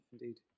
indeed